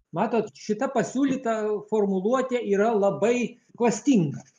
matot šita pasiūlyta formuluotė yra labai klastinga